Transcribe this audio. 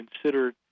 considered